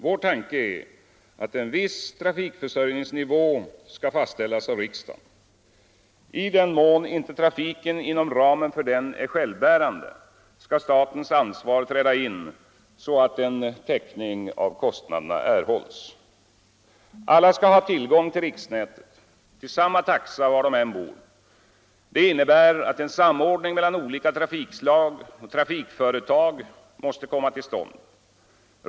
Vår tanke är att en viss trafikförsörjningsnivå skall fastställas av riksdagen. I den mån inte trafiken inom ramen för den är självbärande skall statens ansvar träda in så att täckning av kostnaderna erhålls. Alla skall ha tillgång till riksnätet till samma taxa var de än bor. Det innebär att en samordning mellan olika trafikslag och trafikföretag måste komma till stånd.